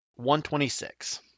126